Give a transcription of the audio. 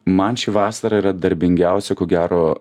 man ši vasara yra darbingiausia ko gero